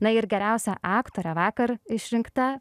na ir geriausia aktore vakar išrinkta